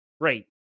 Great